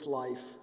life